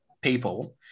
people